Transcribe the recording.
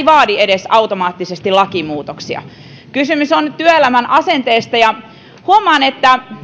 vaadi edes lakimuutoksia kysymys on työelämän asenteesta huomaan että